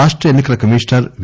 రాష్ట ఎన్ని కల కమిషనర్ వి